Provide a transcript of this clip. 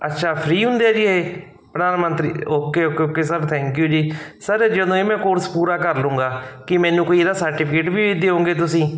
ਅੱਛਾ ਫ੍ਰੀ ਹੁੰਦੇ ਆ ਜੀ ਇਹ ਪ੍ਰਧਾਨ ਮੰਤਰੀ okay okay okay sir thank you ਜੀ ਸਰ ਜਦੋਂ ਇਹ ਮੈਂ ਕੋਰਸ ਪੂਰਾ ਕਰ ਲੂੰਗਾ ਕੀ ਮੈਨੂੰ ਕੋਈ ਇਹਦਾ ਸਰਟੀਫਿਕੇਟ ਵੀ ਦਿਓਗੇ ਤੁਸੀਂ